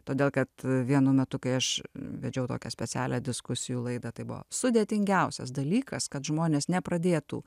todėl kad vienu metu kai aš vedžiau tokią specialią diskusijų laidą tai buvo sudėtingiausias dalykas kad žmonės nepradėtų